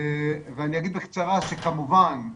אני אגיד בקצרה שכמובן,